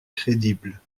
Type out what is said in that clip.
crédible